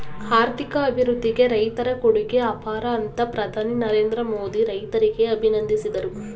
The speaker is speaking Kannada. ಆರ್ಥಿಕ ಅಭಿವೃದ್ಧಿಗೆ ರೈತರ ಕೊಡುಗೆ ಅಪಾರ ಅಂತ ಪ್ರಧಾನಿ ನರೇಂದ್ರ ಮೋದಿ ರೈತರಿಗೆ ಅಭಿನಂದಿಸಿದರು